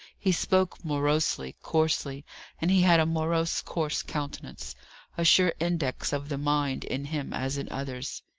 he spoke morosely, coarsely and he had a morose, coarse countenance a sure index of the mind, in him, as in others.